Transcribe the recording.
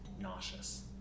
nauseous